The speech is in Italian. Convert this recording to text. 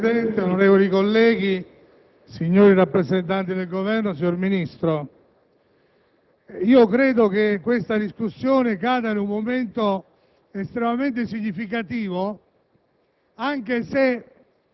Signor Presidente, onorevoli colleghi, signori rappresentanti del Governo, signor Ministro, io credo che questa discussione cada in un momento estremamente significativo